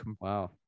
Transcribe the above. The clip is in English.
wow